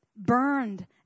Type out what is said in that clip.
burned